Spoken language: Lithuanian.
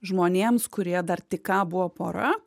žmonėms kurie dar tik ką buvo pora